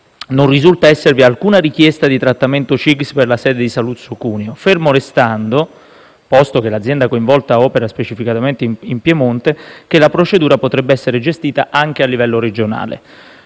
non risulta esservi alcuna richiesta di trattamento CIGS per la sede di Saluzzo (Cuneo), fermo restando - posto che l'azienda coinvolta opera specificamente in Piemonte - che la procedura potrebbe essere gestita anche a livello regionale.